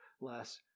less